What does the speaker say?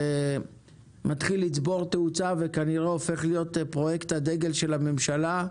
שהופך להיות פרויקט הדגל של הממשלה,